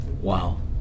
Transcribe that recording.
Wow